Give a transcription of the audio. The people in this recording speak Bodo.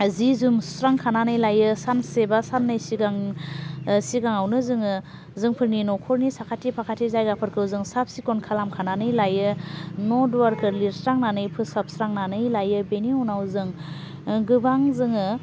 जि जोम सुस्रां खानानै लायो सानसेबा सान्नै सिगां ओह सिगाङावनो जोङो जोंफोरनि न'खरनि साखाथि फाखाथि जायगाफोरखौ जोङो साब सिखन खालाम खानानै लायो न' दुवारखौ लिरस्रांनानै फोसाबस्रांनानै लायो बेनि उनाव जों गोबां जोङो